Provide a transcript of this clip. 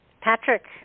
Patrick